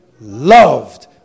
loved